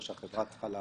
חבר הכנסת איתן כבל,